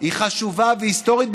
היא חשובה והיא היסטורית,